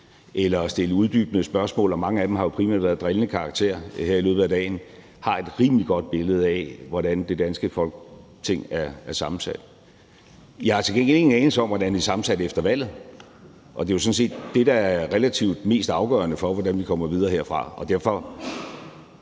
eller at stille uddybende spørgsmål – mange af dem har jo primært været af drillende karakter her i løbet af dagen – har et rimelig godt billede af, hvordan det danske Folketing er sammensat. Jeg har til gengæld ingen anelse om, hvordan det er sammensat efter valget, og det er jo sådan set det, der er relativt mest afgørende for, hvordan vi kommer videre herfra.